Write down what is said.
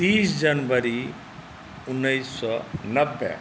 तीस जनवरी उन्नैस सए नब्बे